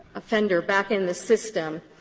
offender back in the system,